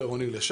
אולי יפחיתו,